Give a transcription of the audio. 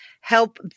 help